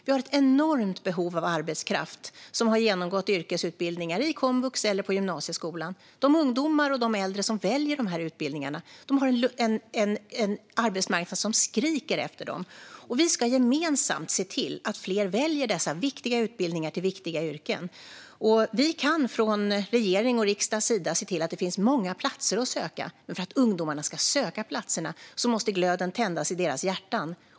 Vi har ett enormt behov av arbetskraft som har genomgått yrkesutbildningar i komvux eller i gymnasieskolan. De ungdomar och de äldre som väljer dessa utbildningar har en arbetsmarknad som skriker efter dem. Vi ska gemensamt se till att fler väljer dessa viktiga utbildningar till viktiga yrken. Vi kan från regeringens och riksdagens sida se till att det finns många platser att söka. Men för att ungdomarna ska söka platserna måste glöden tändas i deras hjärtan.